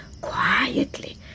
quietly